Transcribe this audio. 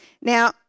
Now